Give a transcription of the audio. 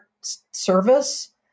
service